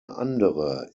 andere